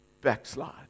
backslide